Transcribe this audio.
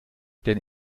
denn